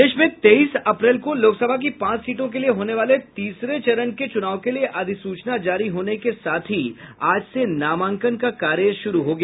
प्रदेश में तेईस अप्रैल को लोकसभा की पांच सीटों के लिये होने वाले तीसरे चरण के चुनाव के लिये अधिसूचना जारी होने के साथ ही आज से नामांकन का कार्य श्ररू हो गया